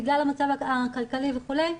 בגלל המצב הכלכלי וכולי,